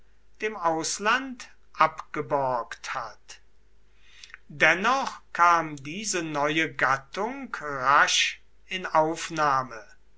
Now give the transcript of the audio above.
dem ausland abgeborgt hat dennoch kam diese neue gattung rasch in aufnahme